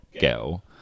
girl